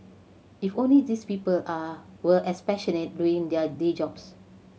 if only these people are were as passionate doing their day jobs